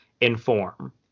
inform